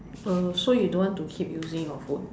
uh so you don't want to keep using your phone